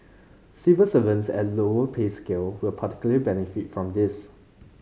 civil servants at lower pay scale will particularly benefit from this